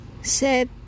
Set